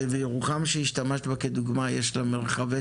וירוחם שהשתמשת בה כדוגמה יש לה מרחבי